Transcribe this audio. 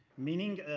meaning,